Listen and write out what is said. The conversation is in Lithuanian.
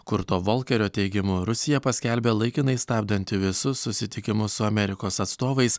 kurto volkerio teigimu rusija paskelbė laikinai stabdanti visus susitikimus su amerikos atstovais